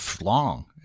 long